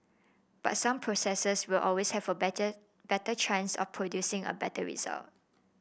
but some processes will always have a better better chance of producing a better result